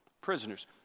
prisoners